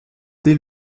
dès